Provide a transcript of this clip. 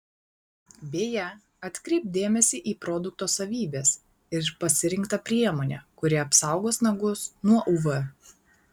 beje atkreipk dėmesį į produkto savybes ir pasirink tą priemonę kuri apsaugos nagus nuo uv